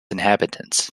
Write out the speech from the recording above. inhabitants